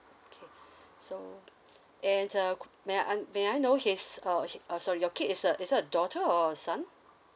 okay so and uh cou~ may I un~ may I know he's a okay uh sorry your kid is a is it a daughter or a son